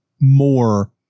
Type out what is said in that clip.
more